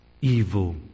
Evil